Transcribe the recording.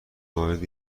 وارد